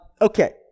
okay